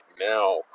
now